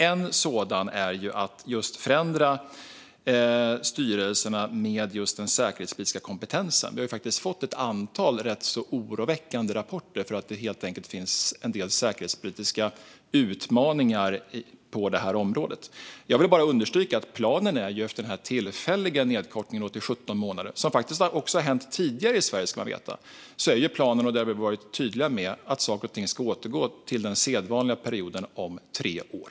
En sådan är att förse styrelserna med den säkerhetspolitiska kompetensen. Vi har fått ett antal rätt oroväckande rapporter om att det finns en del säkerhetspolitiska utmaningar på detta område. Jag vill understryka att planen är att efter denna tillfälliga nedkortning till 17 månader, som faktiskt gjorts tidigare i Sverige, återgå till den sedvanliga perioden på tre år - detta har vi varit tydliga med.